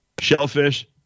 shellfish